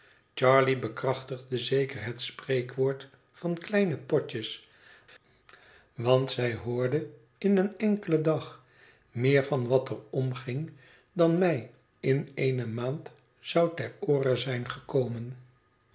charley bekrachtigde zeker het spreekwoord van kleine potjes want zij hoorde in een enkelen dag meer van wat er omging dan mij in eene maand zou ter oore zijn gekomen